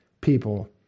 people